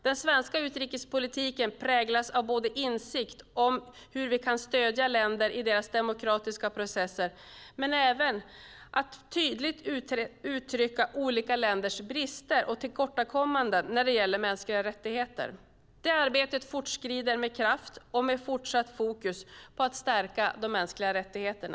Den svenska utrikespolitiken präglas av både insikt om hur vi kan stödja länder i deras demokratiska processer och att tydligt uttrycka olika länders brister och tillkortakommanden när det gäller mänskliga rättigheter. Det arbetet fortskrider med kraft och med fortsatt fokus på att stärka de mänskliga rättigheterna.